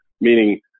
meaning